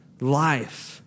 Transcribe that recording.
life